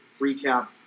recap